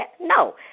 No